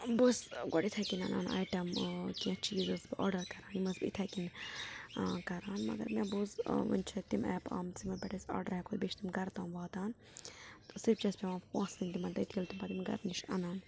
بہٕ اوسس گۄڈ یِتھے کٔنۍ اَنان آیٹم کیٚنٛہہ چیٖز ٲسٕس بہٕ آرڈر کران یِم حظ یتھے کنۍ مگر مےٚ بوٗز وۄنۍ چھِ تِم ایٚپہٕ آمژٕ یِمن پٮ۪ٹھ أسۍ آرڈر ہیٚکو کٔرِتھ بیٚیہِ چھِ تم گرٕ تام واتان صرف چھِ اسہِ پیٚوان پونٛسہٕ یوت تِمن دِنۍ ییٚلہِ تِم پتہٕ گرٕ نش چھِ انان